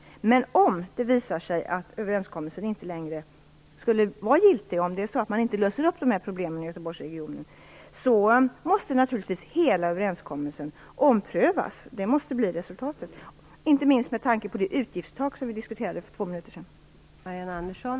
Om det däremot visar sig att överenskommelsen inte längre är giltig, om man inte löser de här problemen i Göteborgsregionen, måste naturligtvis hela överenskommelsen omprövas. Det måste bli resultatet, inte minst med tanke på det utgiftstak vi diskuterade för två minuter sedan.